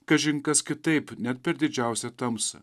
kažin kas kitaip net per didžiausią tamsą